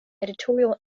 editorial